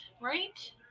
right